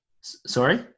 Sorry